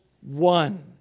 one